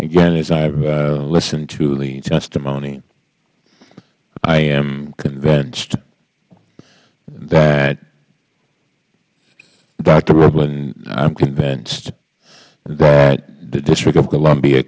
again as i've listened to the testimony i am convinced that dr hrivlin i'm convinced that the district of columbia